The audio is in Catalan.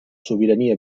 sobirania